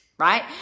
Right